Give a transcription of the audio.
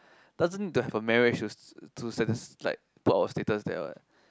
doesn't need to have a marriage to satis~ like put our status there what